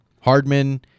Hardman